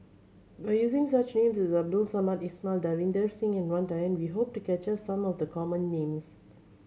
by using such names Abdul Samad Ismail Davinder Singh Wang Dayuan we hope to capture some of the common names